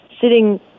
sitting